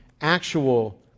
actual